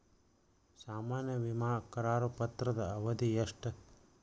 ಸಾಮಾನ್ಯ ವಿಮಾ ಕರಾರು ಪತ್ರದ ಅವಧಿ ಎಷ್ಟ?